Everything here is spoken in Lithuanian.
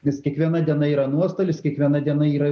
nes kiekviena diena yra nuostolis kiekviena diena yra